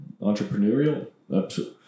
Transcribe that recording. entrepreneurial